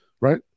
right